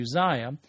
Uzziah